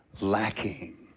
lacking